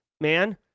man